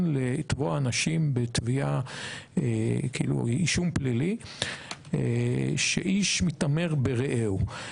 לתבוע אנשים באישום פלילי שאיש מתעמר ברעהו.